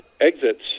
exits